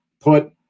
Put